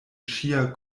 ŝia